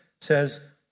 says